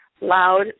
loud